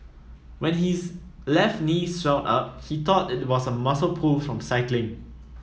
when his left knee swelled up he thought it was a muscle pull from cycling